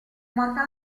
morta